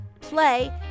play